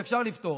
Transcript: ואפשר לפתור.